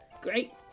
Great